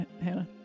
Hannah